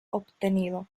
obtenido